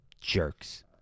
Jerks